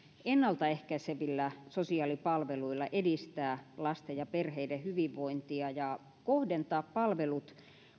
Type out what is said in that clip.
ennalta ehkäisevillä sosiaalipalveluilla edistää lasten ja perheiden hyvinvointia ja kohdentaa palvelut